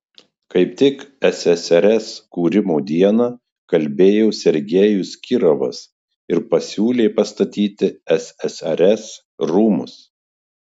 kaip tik ssrs kūrimo dieną kalbėjo sergejus kirovas ir pasiūlė pastatyti ssrs rūmus